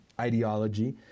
ideology